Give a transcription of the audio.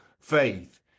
faith